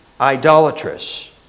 idolatrous